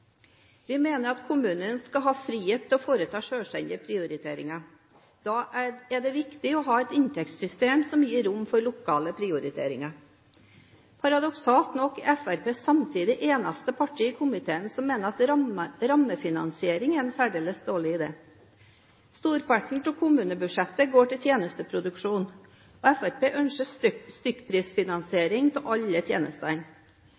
vi få på plass på ein grei måte. Fremskrittspartiet skriver i sine merknader sammen med Høyre og Kristelig Folkeparti at «kommunene skal ha frihet til å foreta selvstendige prioriteringer. Da er det viktig å ha et inntektssystem som gir rom for lokale prioriteringer». Paradoksalt nok er Fremskrittspartiet samtidig det eneste partiet i komiteen som mener at rammefinansiering er en særdeles dårlig idé. Storparten av kommunebudsjettet går til